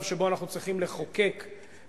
שבו אנחנו צריכים לחוקק בבית-הנבחרים,